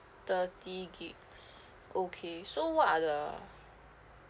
thirty G_B okay so what are the